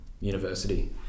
university